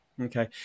Okay